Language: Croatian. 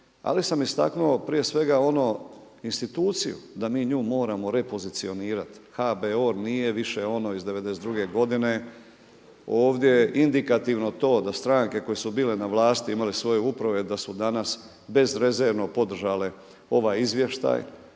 ali sam istaknuo prije svega ono instituciju da mi nju moramo repozicionirati. HBOR nije više ono iz '92. godine. Ovdje je indikativno to da stranke koje su bile na vlasti, imale svoje uprave da su danas bezrezervno podržale ovaj izvještaj.